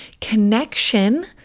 Connection